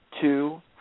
two